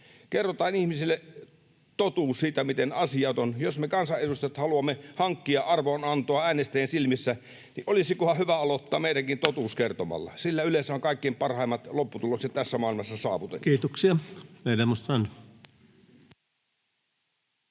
Kerrotaan ihmisille totuus siitä, miten asiat ovat. Jos me kansanedustajat haluamme hankkia arvonantoa äänestäjien silmissä, olisikohan hyvä meidänkin aloittaa kertomalla totuus? Sillä yleensä on kaikkein parhaimmat lopputulokset tässä maailmassa saavutettu. [Speech